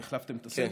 מה, החלפתם את הסדר?